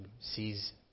sees